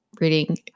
reading